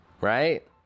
Right